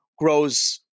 grows